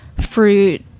fruit